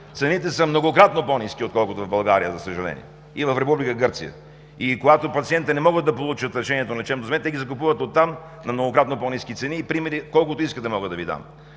цените са многократно по-ниски отколкото в България, за съжаление, и в Република Гърция. И когато пациентите не могат да получат лечението, ги закупуват оттам на многократно по-ниски цени и примери мога да Ви дам